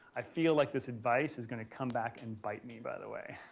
i feel like this advice is going to come back and bite me by the way.